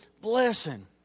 blessing